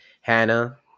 Hannah